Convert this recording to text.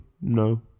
No